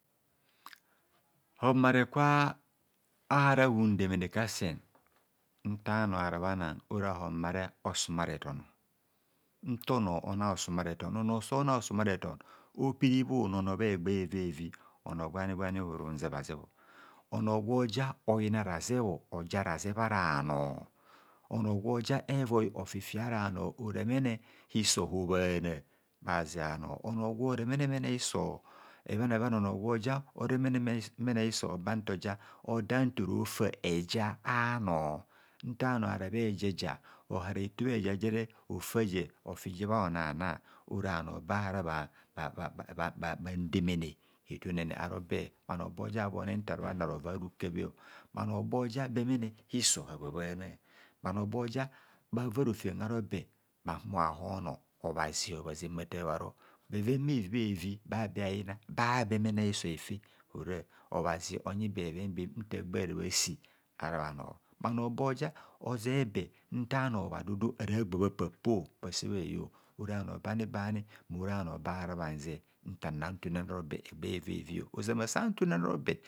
Homore kwa hara humdemene kasen onta bhanor ara bhana ora homere osumareton nta onor ona osumareton. onor sona osuma reton opiri bhunono bha egbe evievi onor gwa ngwani ohoro unzebha zebbo onor gwo ja oyina razebho oja razen ara bhanor onor gwoja evoi ofifia ara bhanor mene hiso ho bhana bhaze abhanor. onor gworemene mene hiso oba ntoja oda ntoro afa heja anor ohara hito bha ejajere ofa je ofije bha honana orabhanor bahara bham demene hitunene arobe, bhanor bahara bhan demene hi tunene erobe. bhanor boja bha varorofem harobe mma bha honour obhazi bhazen bhats bharo bheven bhevi bhevi bador eyina babemene hiso hefe hora obhazi bador eyuna babemene nta gbara bhasi ara bhanor bhanor boja ozebha zebe nta nor bhadudu ara gbabha papo bhase bha he yo. bhanor bambani ma hara bhaze ntama ntunene arobe egbeh evevi ozoma santunene arobe. bheven bhafi bhasom bharobhafi burinaire bhoven gwani gwani bhohaoda sero bhoven a'osi a'odo esi refe edoro bhoduduesi. refe sede raro bhudu. epeveve tan igari epeve retan bhudi. reje eguhhuhun tututu bha ehunhun mmo pa bha ehuhum. mabharobhen a'eto opa bha robhen a'eto opa bha robben a'eto so ra ova higwa oranire mona mma bho kpene bhoro oyina bheven a'osi ba inai ador eheresi